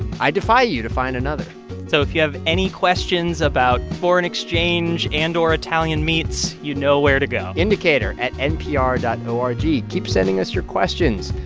i defy you to find another so if you have any questions about foreign exchange and or italian meats, you know where to go indicator at npr dot o r g keep sending us your questions.